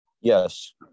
Yes